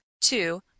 Two